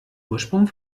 ursprung